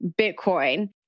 Bitcoin